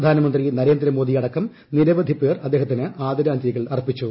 പ്രധാനമന്ത്രി നരേന്ദ്രമോദി അടക്കം നിരവധിപ്പേർ അദ്ദേഹത്തിന് ആദരാഞ്ജലികൾ അർപ്പിച്ചു